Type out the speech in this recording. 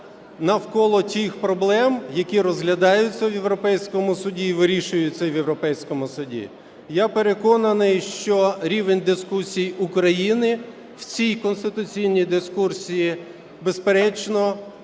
навколо тих проблем, які розглядаються в Європейському суді і вирішуються в Європейському суді. Я переконаний, що рівень дискусії України в цій конституційній дискусії, безперечно, має